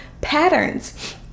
patterns